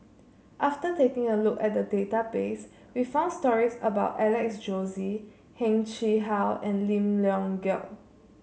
after taking a look at the database we found stories about Alex Josey Heng Chee How and Lim Leong Geok